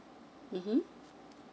mmhmm